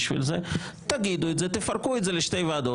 ואז תפרקו את זה לשתי ועדות